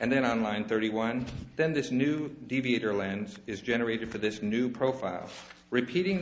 and then on line thirty one then this new deviate or lands is generated for this new profile repeating